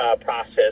process